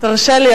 תרשה לי,